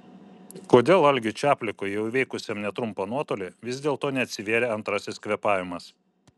kodėl algiui čaplikui jau įveikusiam netrumpą nuotolį vis dėlto neatsivėrė antrasis kvėpavimas